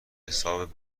حساب